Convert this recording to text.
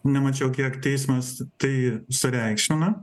nemačiau kiek teismas tai sureikšmina